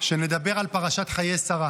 שנדבר על פרשת חיי שרה